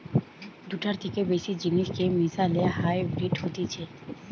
দুটার থেকে বেশি জিনিসকে মিশালে হাইব্রিড হতিছে